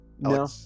No